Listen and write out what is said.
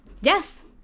Yes